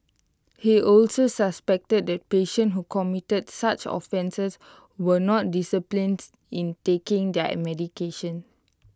he also suspected that patients who committed such offences were not disciplines in taking their medication